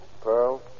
Pearl